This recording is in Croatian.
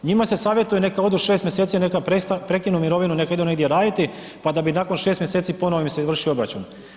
Njima se savjetuje neka odu šest mjeseci, neka prekinu mirovinu neka idu negdje raditi pa da bi nakon šest mjeseci ponovo im se izvršio obračun.